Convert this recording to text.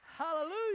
Hallelujah